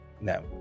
no